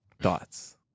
thoughts